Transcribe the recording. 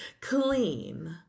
clean